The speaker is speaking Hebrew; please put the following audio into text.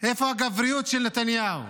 איפה הגבריות של נתניהו?